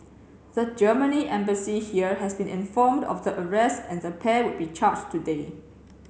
the Germany Embassy here has been informed of the arrests and the pair would be charged today